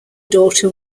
daughter